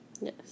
Yes